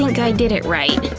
think i did it right,